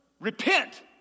Repent